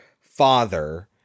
father